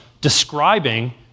describing